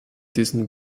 diesen